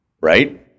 Right